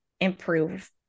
improve